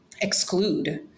exclude